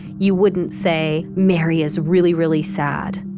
you wouldn't say, mary is really, really sad.